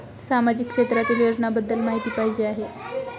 सामाजिक क्षेत्रातील योजनाबद्दल माहिती पाहिजे आहे?